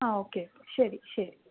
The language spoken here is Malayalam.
ആ ഓക്കെ ശരി ശരി